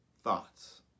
thoughts